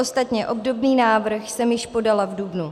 Ostatně obdobný návrh jsem již podala v dubnu.